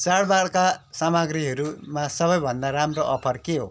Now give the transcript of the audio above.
चाडबाडका सामग्रीहरूमा सबैभन्दा राम्रो अफर के हो